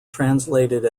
translated